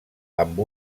amb